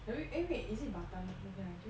have you eh wait is it batam